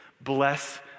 Bless